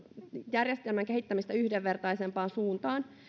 järjestelmän kehittämistä yhdenvertaisempaan suuntaan